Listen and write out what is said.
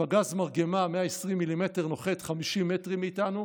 ופגז מרגמה 120 מ"מ נוחת 50 מטרים מאיתנו.